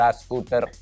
scooter